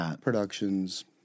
productions